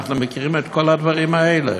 אנחנו מכירים את כל הדברים האלה,